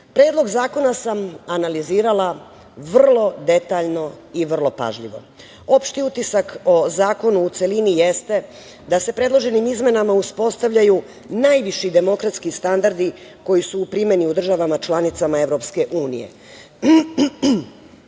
zakona sam analizirala vrlo detaljno i vrlo pažljivo. Opšti utisak o zakonu u celini jeste da se predloženim izmenama uspostavljaju najviši demokratski standardi koji su u primeni u državama članicama Evropske